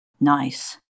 Nice